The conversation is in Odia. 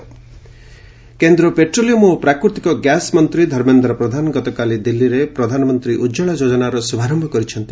ପ୍ରଧାନ ଉଜାଲା କେନ୍ଦ୍ର ପେଟ୍ରୋଲିୟମ୍ ଏବଂ ପ୍ରାକୃତିକ ଗ୍ୟାସ୍ ମନ୍ତ୍ରୀ ଧର୍ମେନ୍ଦ୍ର ପ୍ରଧାନ ଗତକାଲି ଦିଲ୍ଲୀରେ ପ୍ରଧାନମନ୍ତ୍ରୀ ଉଜଳା ଯୋଜନାର ଶୁଭାରମ୍ଭ କରିଛନ୍ତି